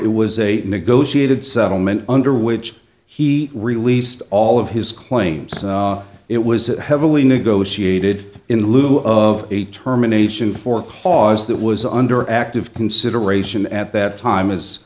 it was a negotiated settlement under which he released all of his claims it was heavily negotiated in lieu of a determination for cause that was under active consideration at that time as